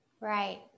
Right